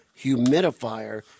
humidifier